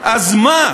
אז מה?